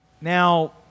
Now